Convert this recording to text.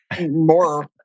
More